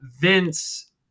vince